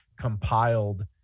compiled